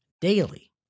daily